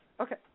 Okay